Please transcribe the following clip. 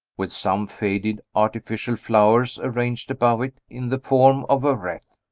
with some faded artificial flowers arranged above it in the form of a wreath.